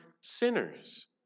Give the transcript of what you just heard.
sinners